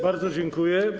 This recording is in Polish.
Bardzo dziękuję.